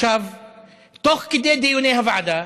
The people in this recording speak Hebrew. תוך כדי דיוני הוועדה